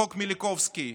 חוק מיליקובסקי,